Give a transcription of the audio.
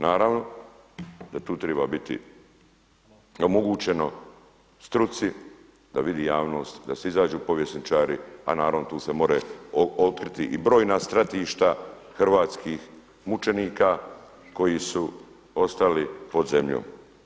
Naravno da tu triba biti omogućeno struci da vidi javnost, da izađu povjesničari, a naravno tu se more otkriti i brojna stratišta hrvatskih mučenika koji su ostali pod zemljom.